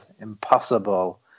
impossible